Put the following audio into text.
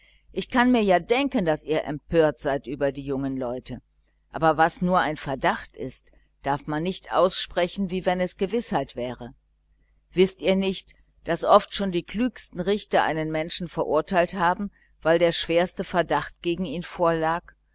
ich kann mir ja denken daß ihr empört seid über die jungen leute aber was nur ein verdacht ist darf man nicht aussprechen wie wenn es gewißheit wäre wißt ihr nicht daß oft schon die klügsten richter einen menschen verurteilt haben weil der schwerste verdacht gegen ihn vorlag